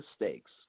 mistakes